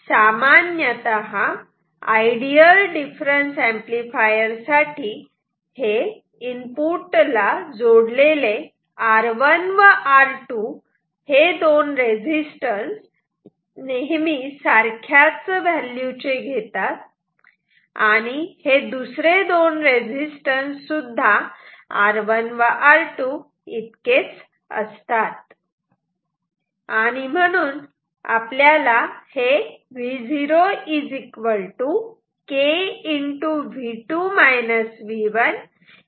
म्हणून सामान्यतः ideal difference amplifier साठी हे इनपुटला जोडलेले R1 व R2 हे दोन रेझिस्टन्स नेहमी सारख्याच व्हॅल्यू चे घेतात आणि हे दुसरे दोन रेझिस्टन्स सुद्धा R1 व R2 इतकेच असतात